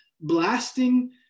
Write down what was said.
blasting